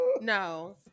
no